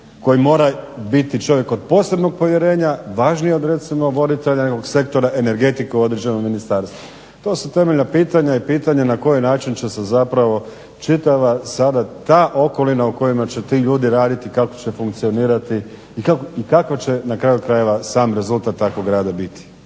koji mora biti čovjek od posebnog povjerenja važniji recimo od voditelja nekog sektora energetike u određenom ministarstvu. To su temeljna pitanja i pitanja na koji način će se zapravo čitava sad ta okolina u kojima će ti ljudi raditi kako će funkcionirati kako će na kraju krajeva sam rezultat takvog rada biti.